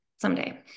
someday